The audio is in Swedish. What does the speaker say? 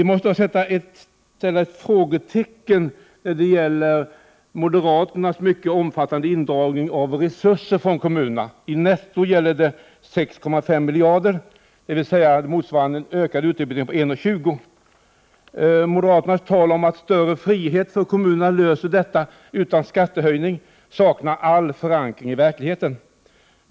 Vi måste dock sätta ett frågetecken när det gäller moderaternas mycket omfattande indragning av resurser från kommunerna. Netto gäller det 6,5 miljarder, vilket motsvarar en ökning av utdebitering på ca 1:20. Moderaternas tal om att större frihet för kommunerna löser detta utan skattehöjning saknar all förankring i verkligheten.